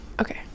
okay